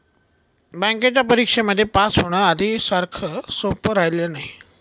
बँकेच्या परीक्षेमध्ये पास होण, आधी सारखं सोपं राहिलेलं नाही